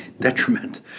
detriment